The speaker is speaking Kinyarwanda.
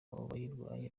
bayirwaye